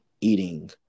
eating